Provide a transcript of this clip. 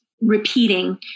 repeating